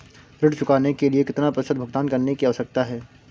ऋण चुकाने के लिए कितना प्रतिशत भुगतान करने की आवश्यकता है?